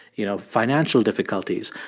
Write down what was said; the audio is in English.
you know, financial difficulties.